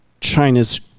China's